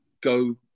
go